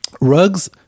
rugs